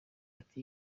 ati